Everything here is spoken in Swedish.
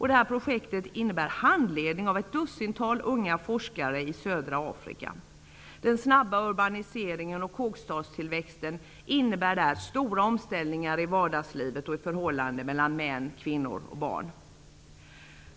Life. Projektet innebär handledning av ett dussintal unga forskare i södra Afrika. Den snabba urbaniseringen och kåkstadstillväxten innebär där stora omställningar i vardagslivet och i förhållandet mellan män, kvinnor och barn.